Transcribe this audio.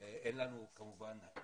אין לנו נתונים,